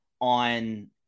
on